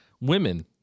women